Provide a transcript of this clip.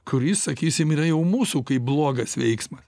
kuris sakysim yra jau mūsų kaip blogas veiksmas